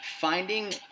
finding